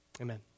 Amen